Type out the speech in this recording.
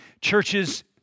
Churches